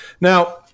Now